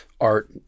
art